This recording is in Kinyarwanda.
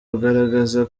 kugaragaza